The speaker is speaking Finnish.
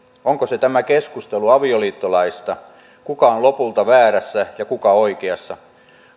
onko se tämä keskustelu avioliittolaista kuka on lopulta väärässä ja kuka oikeassa